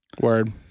Word